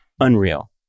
unreal